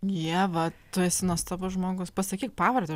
ieva tu esi nuostabus žmogus pasakyk pavardę